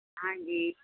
ਹਾਂਜੀ